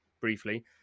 briefly